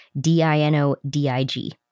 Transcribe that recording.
D-I-N-O-D-I-G